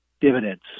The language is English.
dividends